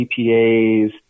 CPAs